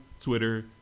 Twitter